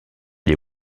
les